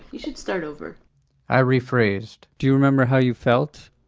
you should start over i rephrased do you remember how you felt?